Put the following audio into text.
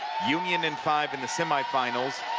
union in five in the semifinals.